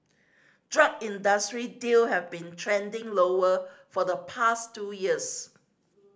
drug industry deal have been trending lower for the past two years